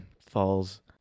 falls